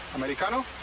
americano?